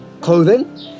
clothing